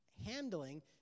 handling